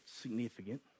significant